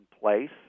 place